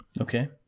Okay